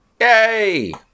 yay